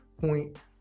point